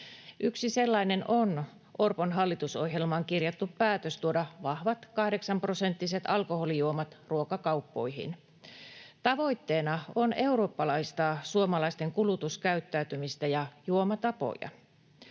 Yksi sellainen on Orpon hallitusohjelmaan kirjattu päätös tuoda vahvat 8-prosenttiset alkoholijuomat ruokakauppoihin. Tavoitteena on eurooppalaistaa suomalaisten kulutuskäyttäytymistä ja juomatapoja.